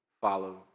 Follow